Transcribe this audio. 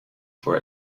for